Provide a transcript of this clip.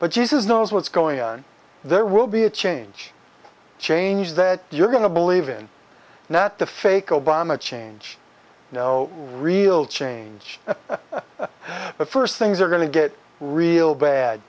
but jesus knows what's going on there will be a change change that you're going to believe in and that the fake obama change no real change but first things are going to get real bad